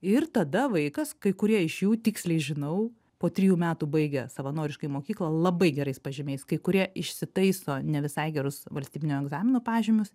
ir tada vaikas kai kurie iš jų tiksliai žinau po trijų metų baigė savanoriškai mokyklą labai gerais pažymiais kai kurie išsitaiso ne visai gerus valstybinių egzaminų pažymius